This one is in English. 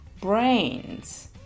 brains